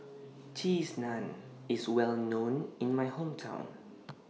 Cheese Naan IS Well known in My Hometown